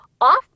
off